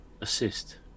assist